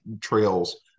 trails